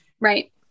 Right